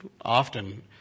Often